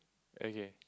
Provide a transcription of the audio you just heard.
okay